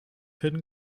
hidden